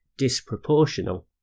disproportional